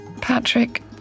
Patrick